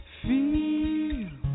feel